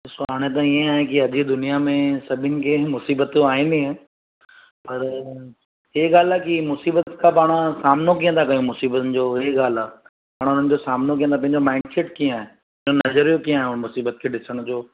ॾिसो हाणे त इहो आहे की अॼु जी दुनिया में सभिनी खे मुसीबतूं आहिनि ई पर इहे ॻाल्हि आहे की मुसीबत खां पाणि सामनो किअं ता कयूं मुसीबतुनि जो अहिड़ी ॻाल्हि आहे पाणि हुननि जो सामनो कयूं था पंहिंजो माइंडसेट कीअं आहे नज़रियो कीअं आहे उहो मुसीबत खे ॾिसण जो